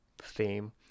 theme